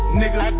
nigga